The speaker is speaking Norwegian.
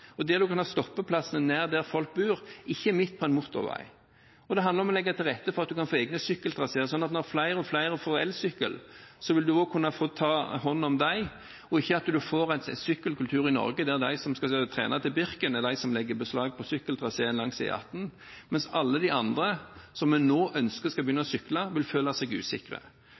annet, der man kan ha stoppeplassene nær der hvor folk bor, ikke midt på en motorvei. Og det handler om å legge til rette for at en kan få egne sykkeltraseer, sånn at når flere og flere får elsykkel, kan en også ta hånd om dem – ikke at en får en sykkelkultur i Norge der de som skal trene til Birken, er de som legger beslag på sykkeltraseene langs E18, mens alle de andre som vi nå ønsker skal begynne å sykle, vil føle seg usikre.